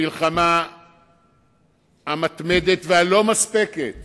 המלחמה המתמדת והלא-מספקת